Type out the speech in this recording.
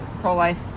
pro-life